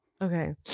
Okay